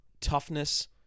toughness